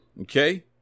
okay